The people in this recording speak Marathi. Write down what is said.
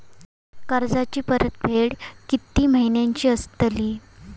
कर्जाची परतफेड कीती महिन्याची असतली?